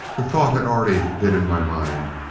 the thought had already been in my mind.